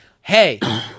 Hey